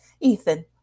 Ethan